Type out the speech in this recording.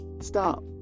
stop